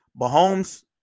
Mahomes